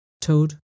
Toad